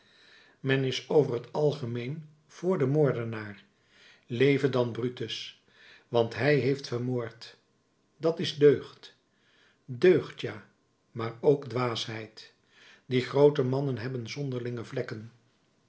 men is over t algemeen vr den moordenaar leve dan brutus want hij heeft vermoord dat is deugd deugd ja maar ook dwaasheid die groote mannen hebben zonderlinge vlekken